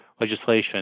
legislation